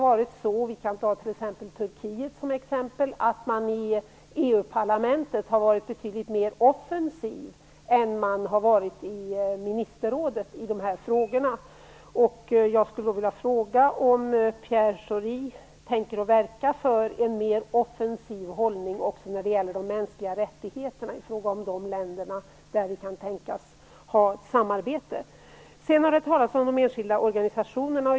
Jag kan nämna Turkiet som ett exempel där man har varit mer offensiv i EU-parlamentet än i ministerrådet när det gäller de här frågorna. Jag undrar om Pierre Schori tänker verka för en mer offensiv hållning också i fråga om de mänskliga rättigheterna i de länder där vi kan tänkas ha samarbete. Det har talats om de enskilda organisationerna.